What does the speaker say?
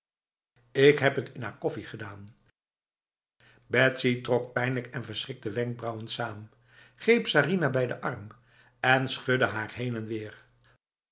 ik heb het in haar koffie gedaanf betsy trok pijnlijk en verschrikt de wenkbrauwen saam greep sarinah bij de arm en schudde haar heen en weer